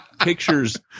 pictures